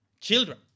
children